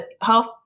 half